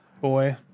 Boy